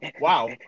Wow